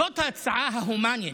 זאת ההצעה ההומנית,